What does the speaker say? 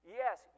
yes